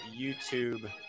YouTube